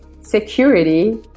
security